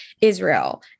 Israel